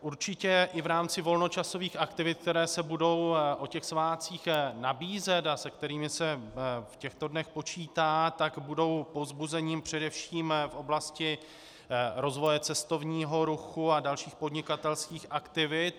Určitě i v rámci volnočasových aktivit, které se budou o těch svátcích nabízet a se kterými se v těchto dnech počítá, tak budou povzbuzením především v oblasti rozvoje cestovního ruchu a dalších podnikatelských aktivit.